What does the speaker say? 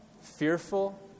fearful